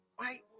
right